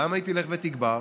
למה היא תלך ותגבר?